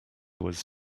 was